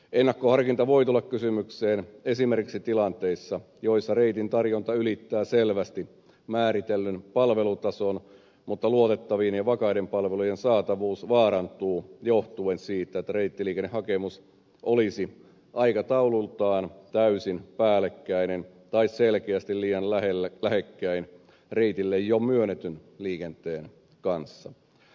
ennakkoharkinta voi tulla kysymykseen esimerkiksi tilanteissa joissa reitin tarjonta ylittää selvästi määritellyn palvelutason mutta luotettavien ja vakaiden palveluiden saatavuus vaarantuu johtuen siitä että reittiliikennehakemus olisi aikataulultaan täysin päällekkäinen tai selkeästi liian lähekkäin reitille jo myönnetyn liikenteen kanssa